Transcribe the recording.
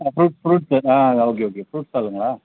ஆ fruit fruit ஆ okay okay fruit ஸ்டாலுங்களா